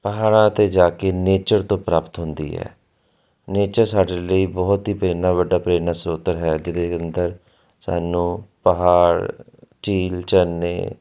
ਪਹਾੜਾਂ 'ਤੇ ਜਾ ਕੇ ਨੇਚਰ ਤੋਂ ਪ੍ਰਾਪਤ ਹੁੰਦੀ ਹੈ ਨੇਚਰ ਸਾਡੇ ਲਈ ਬਹੁਤ ਹੀ ਪ੍ਰੇਰਨਾ ਵੱਡਾ ਪ੍ਰੇਰਨਾ ਸਰੋਤ ਹੈ ਜਿਹਦੇ ਅੰਦਰ ਸਾਨੂੰ ਪਹਾੜ ਝੀਲ ਝਰਨੇ